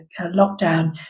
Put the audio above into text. lockdown